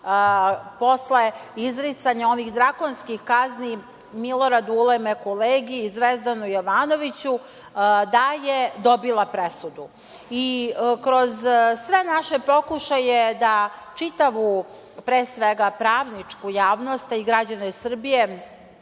posle izricanja onih drakonskih kazni Miloradu Ulemeku Legiji, Zvezdanu Jovanoviću, da je dobila presudu i kroz sve naše pokušaje da čitavu, pre svega, pravničku javnost i građane Srbije,